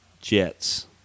Jets